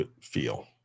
feel